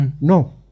No